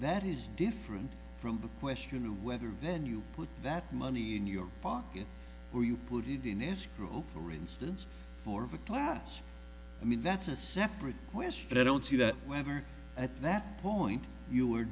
that is different from the question of whether venue put that money in your pocket or you put it in escrow for instance or of a class i mean that's a separate question i don't see that whether at that point you